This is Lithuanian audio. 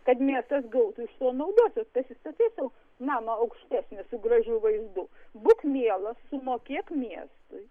kad miestas gautų iš to naudos ir pasistatytų namą aukštesnį su gražiu vaizdu būk mielas sumokėk miestui